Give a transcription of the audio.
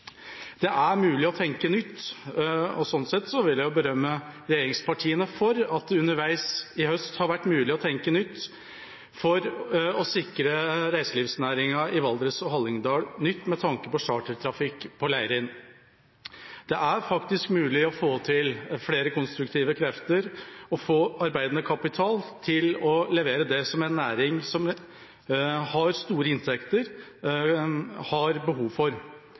Det er mulig å tenke nytt, og sånn sett vil jeg berømme regjeringspartiene for at det underveis i høst har vært mulig å tenke nytt for å sikre reiselivsnæringa i Valdres og Hallingdal med tanke på chartertrafikk på Leirin. Det er faktisk mulig å få flere konstruktive krefter og få arbeidende kapital til å levere det som en næring som har store inntekter, har behov for.